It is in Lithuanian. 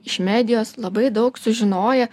iš medijos labai daug sužinoję